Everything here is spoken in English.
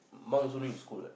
mum also do it in school